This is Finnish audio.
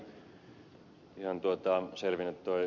minulle ei ihan selvinnyt tuo ed